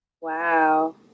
Wow